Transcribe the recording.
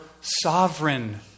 sovereign